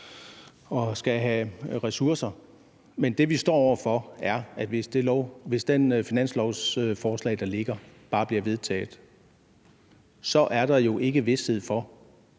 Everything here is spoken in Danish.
og skal have ressourcer. Men det, vi står over for, er, at hvis det finanslovsforslag, der ligger, bare bliver vedtaget, så er der jo ikke vished for,